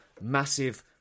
massive